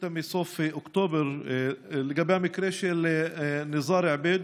שאילתה מסוף אוקטובר לגבי המקרה של ניזאר עביד,